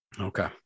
okay